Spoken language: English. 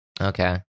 Okay